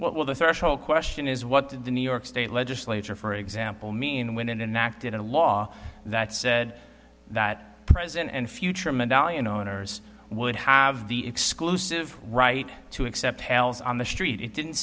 well the threshold question is what did the new york state legislature for example mean when and enact in a law that said that present and future medallion owners would have the exclusive right to accept pals on the street it didn't